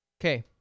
Okay